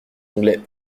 anglais